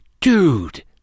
Dude